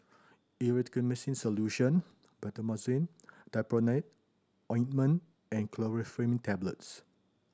Erythroymycin Solution Betamethasone Dipropionate Ointment and Chlorpheniramine Tablets